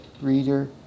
Reader